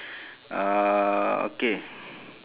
uh okay